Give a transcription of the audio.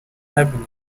نبینه